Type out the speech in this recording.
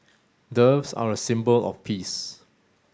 doves are a symbol of peace